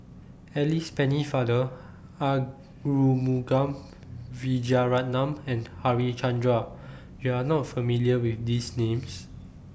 Alice Pennefather Arumugam Vijiaratnam and Harichandra YOU Are not familiar with These Names